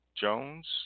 Jones